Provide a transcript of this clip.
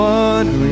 one